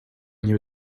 knew